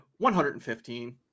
115